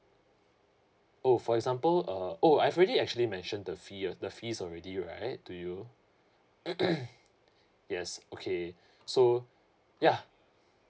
oh for example uh oh I've really actually mention the fee the fees already right to you yes okay so ya